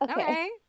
Okay